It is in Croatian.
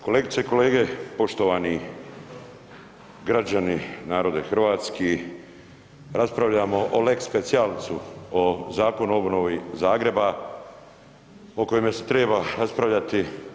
Kolegice i kolege, poštovani građani narode hrvatski raspravljamo o lex specijalcu o Zakonu o obnovi Zagreba o kojemu se treba raspravljati.